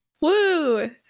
Woo